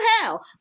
hell